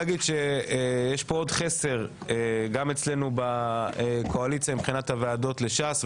פה עוד חסר גם אצלנו בקואליציה מבחינת הוועדות לש"ס,